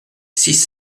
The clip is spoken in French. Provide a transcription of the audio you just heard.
six